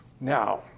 Now